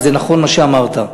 וזה נכון מה שאמרת,